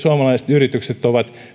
suomalaiset yritykset ovat